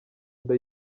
nda